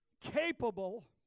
capable